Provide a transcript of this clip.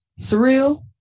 Surreal